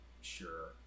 sure